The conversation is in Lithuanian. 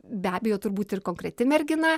be abejo turbūt ir konkreti mergina